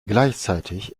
gleichzeitig